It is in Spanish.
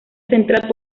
central